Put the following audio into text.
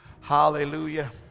Hallelujah